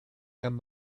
and